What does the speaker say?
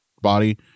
body